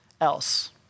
else